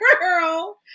Girl